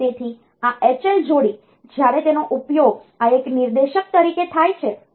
તેથી આ H L જોડી જ્યારે તેનો ઉપયોગ આ એક નિર્દેશક તરીકે થાય છે